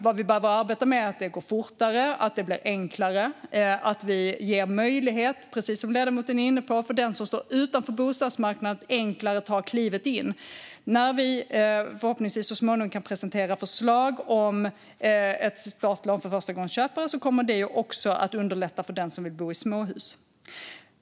Vad vi behöver arbeta med är att det ska gå fortare och bli enklare och att vi, precis som ledamoten är inne på, ger möjlighet för den som står utanför bostadsmarknaden att enklare ta klivet in. När vi så småningom förhoppningsvis kan presentera förslag om ett startlån för förstagångsköpare kommer det att underlätta också för dem som vill bo i småhus.